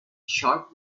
sharp